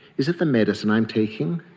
is it the medicine i am taking,